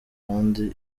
kandi